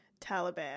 Taliban